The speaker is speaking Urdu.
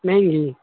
نہیں نہیں